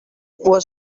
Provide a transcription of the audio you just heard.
was